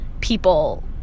people